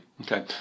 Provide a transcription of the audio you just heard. Okay